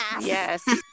Yes